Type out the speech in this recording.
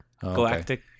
Galactic